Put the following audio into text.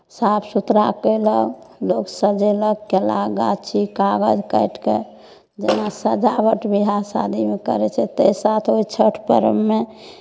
साफ सुथरा कयलक लोक सजेलक केरा गाछी कागज काटि कऽ जेना सजावट बियाह शादीमे करै छै ताहि साथ ओहि छठि पर्वमे